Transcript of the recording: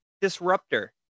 disruptor